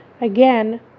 again